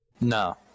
No